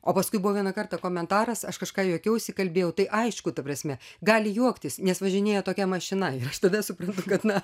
o paskui buvo vieną kartą komentaras aš kažką juokiausi kalbėjau tai aišku ta prasme gali juoktis nes važinėja tokia mašina ir aš tada suprantau kad na